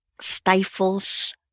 stifles